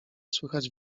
słychać